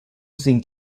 sinkt